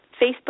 Facebook